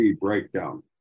breakdown